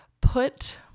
put